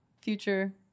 future